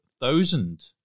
thousand